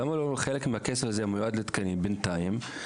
למה לא חלק מהכסף הזה מיועד לתקנים בינתיים,